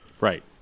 Right